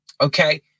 okay